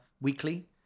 weekly